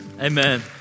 amen